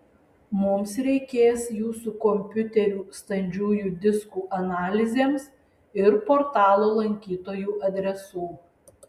mums reikės jūsų kompiuterių standžiųjų diskų analizėms ir portalo lankytojų adresų